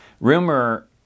Rumor